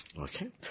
Okay